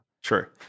Sure